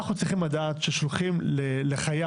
אנחנו צריכים לדעת ששולחים לחייב